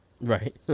Right